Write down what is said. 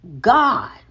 God